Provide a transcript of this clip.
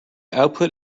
output